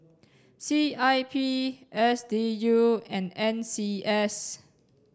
C I P S D U and N C S